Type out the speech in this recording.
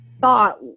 thought